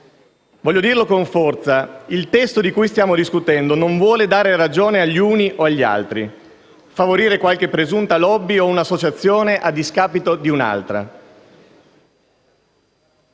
Voglio dirlo con forza: il testo di cui stiamo discutendo non vuole dare ragione agli uni o agli altri, favorire qualche presunta *lobby* o un'associazione a discapito di un'altra.